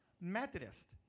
Methodist